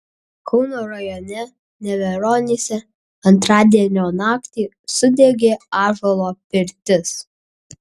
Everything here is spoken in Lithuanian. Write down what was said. kauno rajone neveronyse antradienio naktį sudegė ąžuolo pirtis